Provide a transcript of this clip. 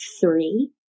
three